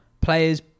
players